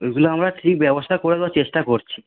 ঐগুলো আমরা ঠিক ব্যবস্থা করে দেওয়ার চেষ্টা করছি